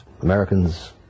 Americans